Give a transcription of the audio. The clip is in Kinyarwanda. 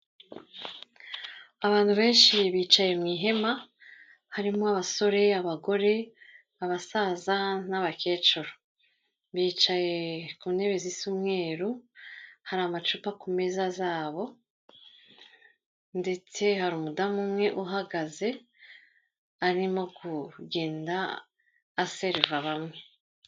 Abantu benshi bicaye mu ihema, harimo abasore, abagore, abasaza n'abakecuru. Bicaye ku ntebe z'icyumweru, hari amacupa ku meza zabo ndetse hari umudamu umwe uhagaze arimo kugenda aseriva bamwe.